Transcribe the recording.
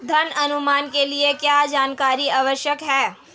ऋण अनुमान के लिए क्या जानकारी आवश्यक है?